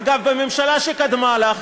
אגב, בממשלה שקדמה לך,